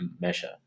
measure